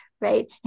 Right